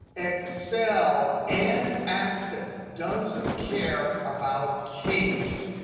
excel and access doesn't care about case.